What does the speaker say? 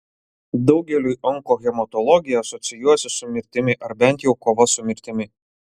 daugeliui onkohematologija asocijuojasi su mirtimi ar bent jau kova su mirtimi